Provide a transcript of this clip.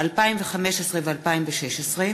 2015 ו-2016),